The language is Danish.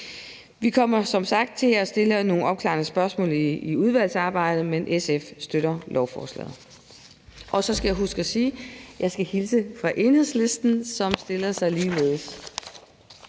Vi kommer som sagt til at stille nogle opklarende spørgsmål i udvalgsarbejdet, men SF støtter lovforslaget. Og så skal jeg huske at sige, at jeg skal hilse fra Enhedslisten, som stiller sig ligeledes.